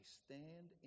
stand